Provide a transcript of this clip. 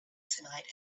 tonight